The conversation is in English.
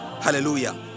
Hallelujah